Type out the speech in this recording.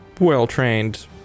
well-trained